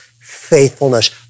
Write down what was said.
faithfulness